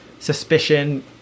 suspicion